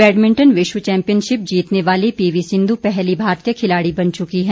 badminton विश्व championship जीतने वाली पीवी सिंधु पहली भारतीय खिलाड़ी बन चुकी हैं